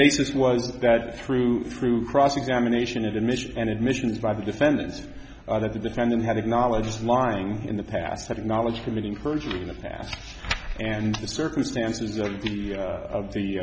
basis was that through through cross examination admission an admission by the defendant that the defendant had acknowledged lying in the past had knowledge committing perjury in the past and the circumstances of the